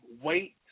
wait